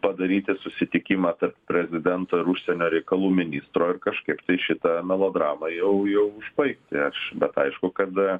padaryti susitikimą tarp prezidento ir užsienio reikalų ministro ir kažkaip tai šitą melodramą jau jau užbaigti bet aišku kad